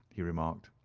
he remarked.